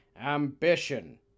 Ambition